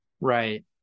Right